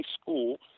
school